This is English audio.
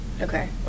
Okay